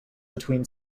between